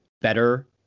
better